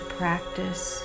practice